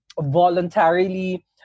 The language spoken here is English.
voluntarily